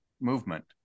movement